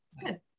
Good